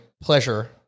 pleasure